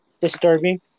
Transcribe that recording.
Disturbing